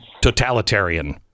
totalitarian